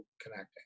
connecting